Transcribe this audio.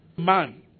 Man